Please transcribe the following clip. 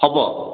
ହବ